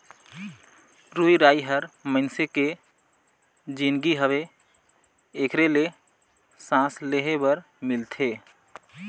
रुख राई हर मइनसे के जीनगी हवे एखरे ले सांस लेहे बर मिलथे